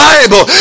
Bible